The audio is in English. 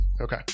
okay